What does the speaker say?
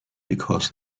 because